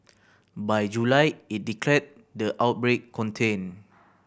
by July it declared the outbreak contained